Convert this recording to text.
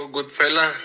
Goodfella